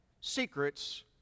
secrets